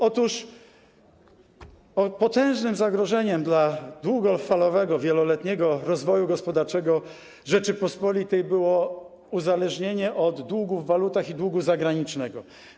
Otóż potężnym zagrożeniem dla długofalowego, wieloletniego rozwoju gospodarczego Rzeczypospolitej było uzależnienie od długów w walutach i długu zagranicznego.